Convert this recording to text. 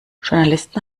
journalisten